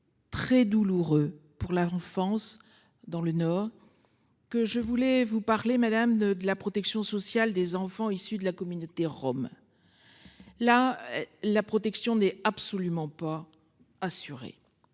Très douloureux pour la enfance dans le nord. Que je voulais vous parler Madame de de la protection sociale des enfants issus de la communauté rom. La la protection n'est absolument pas assurée.